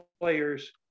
players